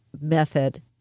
method